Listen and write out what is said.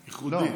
ייחודי.